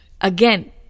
again